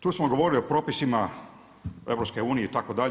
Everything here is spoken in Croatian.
Tu smo govorili o propisima EU itd.